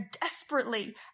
desperately